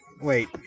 wait